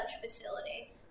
facility